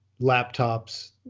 laptops